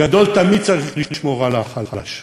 הגדול תמיד צריך לשמור על החלש,